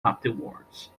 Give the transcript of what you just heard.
afterwards